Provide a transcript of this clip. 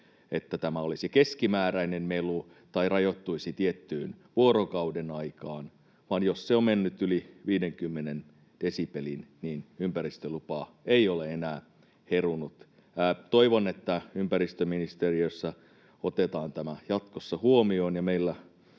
että tämä olisi keskimääräinen melu tai rajoittuisi tiettyyn vuorokaudenaikaan, vaan jos se on mennyt yli 50 desibelin, niin ympäristölupaa ei ole enää herunut. Toivon, että ympäristöministeriössä otetaan tämä jatkossa huomioon.